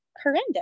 horrendous